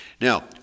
Now